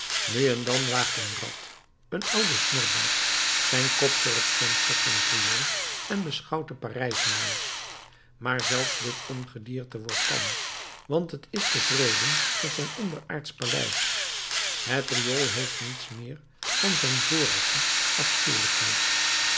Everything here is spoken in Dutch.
nu en dan waagt een rat een oude snorbaard zijn kop voor het venster van het riool en beschouwt de parijzenaars maar zelfs dit ongedierte wordt tam want het is tevreden met zijn onderaardsch paleis het riool heeft niets meer van zijn vorige afschuwelijkheid